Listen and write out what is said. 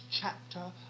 chapter